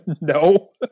No